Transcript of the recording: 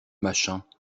machin